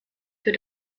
für